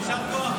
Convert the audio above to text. יישר כוח.